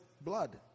blood